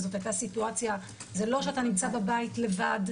זאת הייתה סיטואציה זה לא שאתה נמצא בבית לבד,